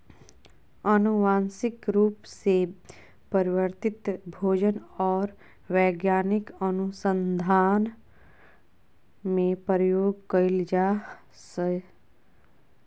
आनुवंशिक रूप से परिवर्तित भोजन और वैज्ञानिक अनुसन्धान में प्रयोग कइल जा हइ